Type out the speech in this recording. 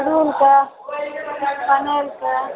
अड़हुलके कनैलके